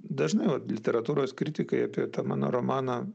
dažnai vat literatūros kritikai apie mano romaną